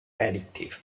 addictive